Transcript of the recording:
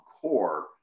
core